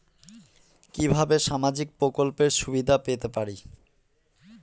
কিভাবে সামাজিক প্রকল্পের সুবিধা পেতে পারি?